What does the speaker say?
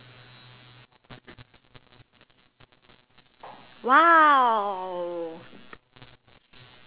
!wow!